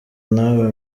nawe